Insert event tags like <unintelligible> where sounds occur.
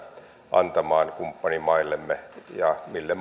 antamaan kumppanimaillemme ja niille <unintelligible>